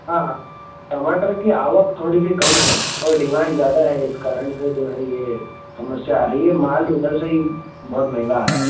हाँ हाँ टमाटर की आवक थोड़ी सी कम है और डिमांड ज़्यादा है इस कारण से जो है यह समस्या आ रही है माल उधर से ही बहुत महंगा आ रहा है